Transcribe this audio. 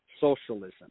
socialism